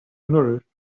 nourished